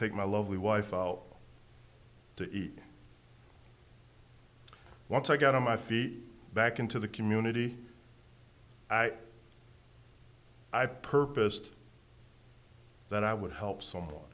take my lovely wife fell to eat once i got on my feet back into the community i i purposed that i would help so